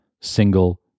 single